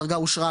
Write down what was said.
דרגה אושרה,